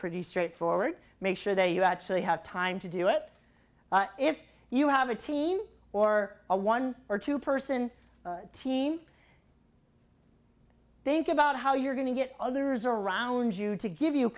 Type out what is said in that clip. pretty straightforward make sure that you actually have time to do it if you have a team or a one or two person team think about how you're going to get others around you to give you